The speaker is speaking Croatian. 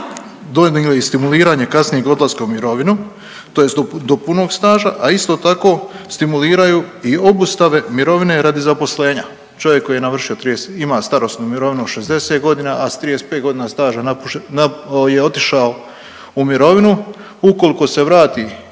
razumije./... stimuliranje kasnijeg odlaska u mirovinu, tj. do punog staža, a isto tako stimuliraju i obustave mirovine radi zaposlenja. Čovjek koji je navršio .../nerazumljivo/... ima starosnu mirovinu od 60 godina, a s 35 godina staža je otišao u mirovinu, ukoliko se vrati